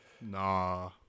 Nah